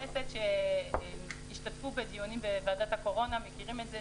חברי הכנסת שהשתתפו בדיונים בוועדת הקורונה מכירים את זה.